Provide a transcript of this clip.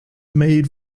made